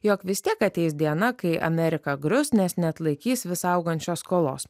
jog vis tiek ateis diena kai amerika grius nes neatlaikys vis augančios skolos